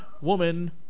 woman